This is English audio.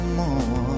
more